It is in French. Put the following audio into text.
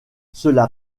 cela